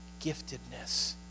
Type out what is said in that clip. giftedness